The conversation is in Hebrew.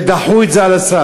דמוקרטית, ודחו את זה על הסף.